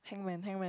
hangman hangman